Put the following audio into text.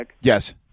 Yes